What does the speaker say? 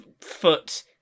foot